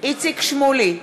איציק שמולי,